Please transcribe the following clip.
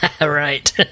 Right